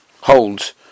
holds